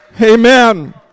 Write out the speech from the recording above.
Amen